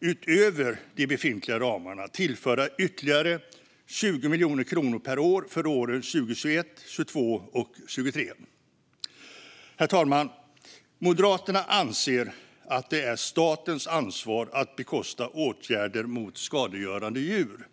utöver de befintliga ramarna, tillföra ytterligare 20 miljoner kronor per år för åren 2021, 2022 och 2023. Herr talman! Moderaterna anser att det är statens ansvar att bekosta åtgärder mot skadegörande djur.